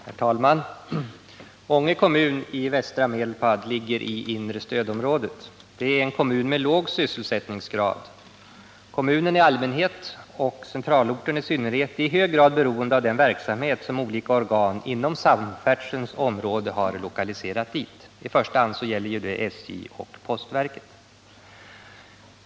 Herr talman! Ånge kommun i västra Medelpad ligger i det inre stödområdet. Det är en kommun med låg sysselsättningsgrad. Kommunen i allmänhet och centralorten i synnerhet är i hög grad beroende av den verksamhet som olika organ inom samfärdselområdet har lokaliserat dit. I första hand gäller det SJ och postverket.